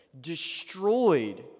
destroyed